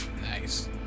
nice